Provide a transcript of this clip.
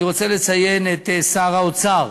אני רוצה לציין את שר האוצר,